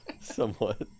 Somewhat